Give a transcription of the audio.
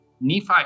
Nephi